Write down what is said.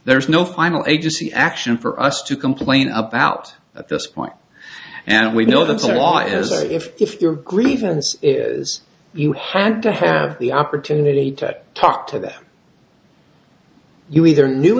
there's no final agency action for us to complain about at this point and we know that some law as if if your grievance is you had to have the opportunity to talk to them you either knew